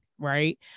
right